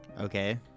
Okay